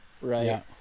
Right